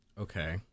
Okay